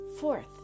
Fourth